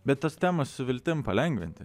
bet tos temos su viltim palengvinti